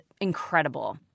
incredible